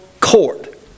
court